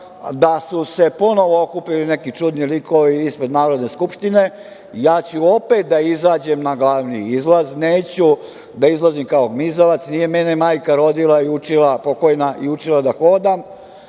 da su se ponovo okupili neki čudni likovi ispred Narodne skupštine. Ja ću opet da izađem na glavni izlaz. Neću da izlazim kao gmizavac. Nije mene majka pokojna rodila i učila da hodam